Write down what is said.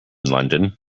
london